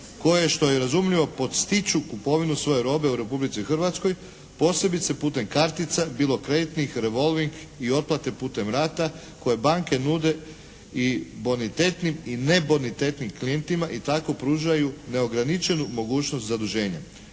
koje što je i razumljivo, potiču kupovinu svoje robe u Republici Hrvatskoj posebice putem kartica, bilo kreditnih, revolving i otplate putem rata koje banke nude i bonitetnim i nebonitetnim klijentima i tako pružaju neograničenu mogućnost zaduženja.